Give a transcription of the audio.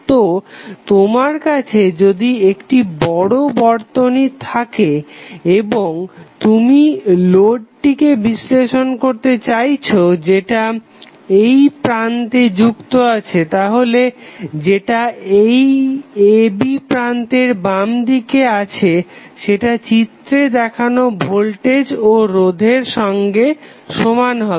তো তোমার কাছে যদি একটি বড় বর্তনী থাকে এবং তুমি লোডটিকে বিশ্লেষণ করতে চাইছো যেটা এই প্রান্তে যুক্ত আছে তাহলে যেটা এই a b প্রান্তের বামদিকে আছে সেটা চিত্রে দেখানো ভোল্টেজ ও রোধের সঙ্গে সমান হবে